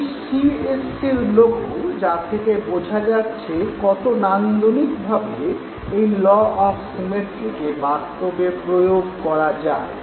এটি C S সি'র logo যা থেকে বোঝা যাচ্ছে কত নান্দনিকভাবে এই ল অফ সিমেট্রিকে বাস্তবে প্রয়োগ করা যায়